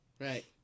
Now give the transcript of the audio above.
Right